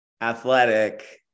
athletic